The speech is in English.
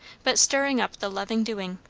but stirring up the loving doing.